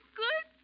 good